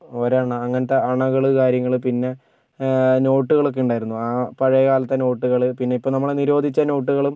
ഒരണ അങ്ങനത്തെ അണകള് കാര്യങ്ങള് പിന്നെ നോട്ട്കളൊക്കെ ഉണ്ടായിരുന്നു പഴയ കാലത്തെ നോട്ടുകള് പിന്നെ ഇപ്പോൾ നമ്മള് നിരോധിച്ച നോട്ടുകളും